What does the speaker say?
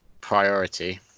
priority